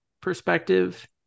perspective